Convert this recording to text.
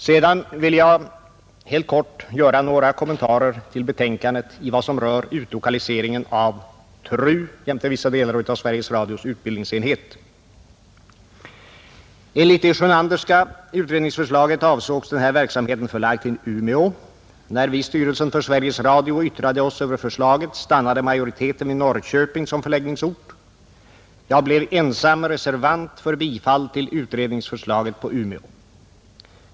Sedan vill jag helt kort göra några kommentarer till betänkandet i vad rör utlokaliseringen av TRU jämte vissa delar av Sveriges Radios utbildningsenhet. Enligt det Sjönanderska utredningsförslaget avsågs den här verksamheten förlagd till Umeå. När vi i styrelsen för Sveriges Radio yttrade oss över förslaget, stannade majoriteten för Norrköping som förläggningsort. Jag blev ensam reservant för bifall till utredningsförslaget om Umeå.